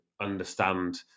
understand